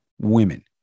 women